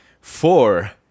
four